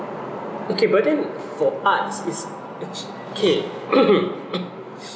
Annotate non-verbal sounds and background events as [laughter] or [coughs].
okay but then for arts it's [noise] okay [coughs]